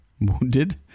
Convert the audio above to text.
Wounded